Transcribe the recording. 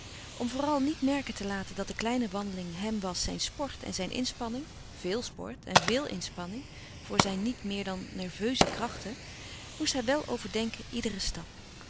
om vooral niet merken te laten dat de kleine wandeling hem was zijn sport en zijn inspanning véel sport en veel inspanning voor zijn niet meer dan nerveuze krachten moest hij wel overdenken iederen stap